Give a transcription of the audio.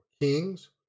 kings